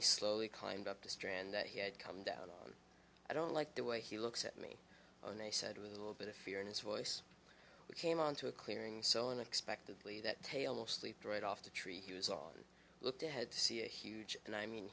he slowly climbed up the strand that he had come down on i don't like the way he looks at me and they said with a little bit of fear in his voice we came on to a clearing so unexpectedly that tale of sleep right off the tree he was on looked ahead to see a huge and i mean